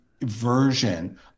version